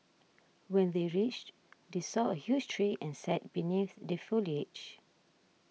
when they reached they saw a huge tree and sat beneath the foliage